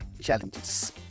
Challenges